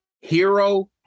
hero